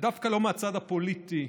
ודווקא לא מהצד הפוליטי,